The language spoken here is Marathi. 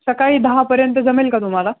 सकाळी दहापर्यंत जमेल का तुम्हाला